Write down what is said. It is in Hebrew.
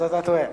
אתה טועה.